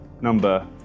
number